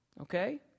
Okay